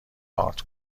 ارد